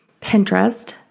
Pinterest